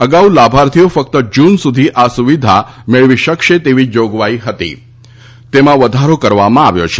અગાઉ લાભાર્થીઓ ફક્ત જ્નન સુધી આ સુવિધા મેળવી શકશે એવી જોગવાઈ હતી તેમાં વધારો કરવામાં આવ્યો છે